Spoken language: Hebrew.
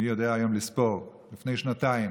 מי יודע היום לספור, לפני שנתיים,